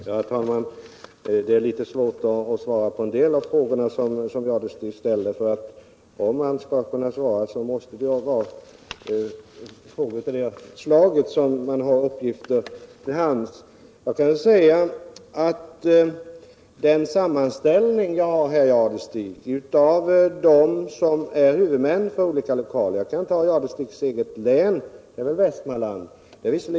Herr talman! Det är litet svårt att svara på en del av de frågor som herr Jadestig ställde; om man skall svara på frågor måste man ju ha uppgifter till hands. Jag har emellertid en sammanställning över huvudmännen för olika lokaler, och jag kan ta herr Jadestigs eget län, Västmanlands län, som exempel.